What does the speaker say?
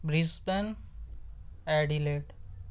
Brisbane Adelaide